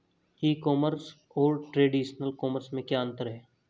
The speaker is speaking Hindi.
ई कॉमर्स और ट्रेडिशनल कॉमर्स में क्या अंतर है?